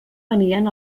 venien